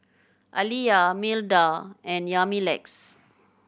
Aleah Milda and Yamilex